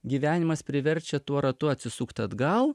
gyvenimas priverčia tuo ratu atsisukt atgal